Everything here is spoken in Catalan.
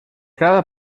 cada